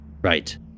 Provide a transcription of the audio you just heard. Right